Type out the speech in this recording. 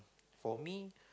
for me